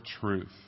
truth